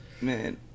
man